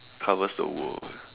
covers the world